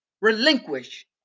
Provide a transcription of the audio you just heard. relinquish